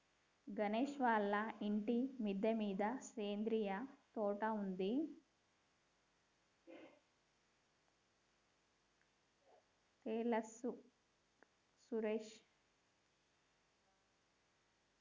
గణేష్ వాళ్ళ ఇంటి మిద్దె మీద సేంద్రియ తోట ఉంది తెల్సార సురేష్